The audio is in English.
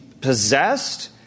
possessed